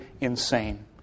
insane